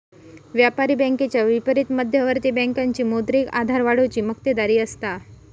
व्यापारी बँकेच्या विपरीत मध्यवर्ती बँकेची मौद्रिक आधार वाढवुची मक्तेदारी असता